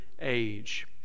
age